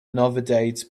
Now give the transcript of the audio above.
novedades